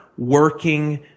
working